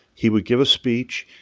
he would give a speech,